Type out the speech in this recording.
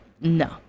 No